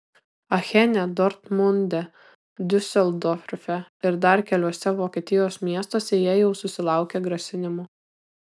achene dortmunde diuseldorfe ir dar keliuose vokietijos miestuose jie jau susilaukė grasinimų